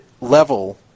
level